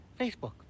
Facebook